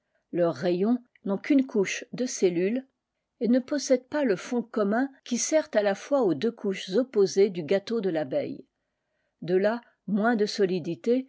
leurs rayons n'ont qu'une coucêe de cellules et ne possèdent pas le fond commun qui sert à ta fois aux deux couches opposées du gâteau de tabeille de là moins de solidité